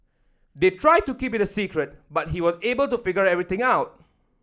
they tried to keep it a secret but he was able to figure everything out